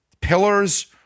pillars